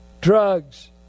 Drugs